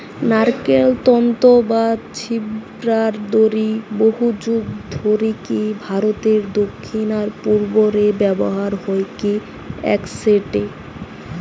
নারকেল তন্তু বা ছিবড়ার দড়ি বহুযুগ ধরিকি ভারতের দক্ষিণ আর পূর্ব রে ব্যবহার হইকি অ্যাসেটে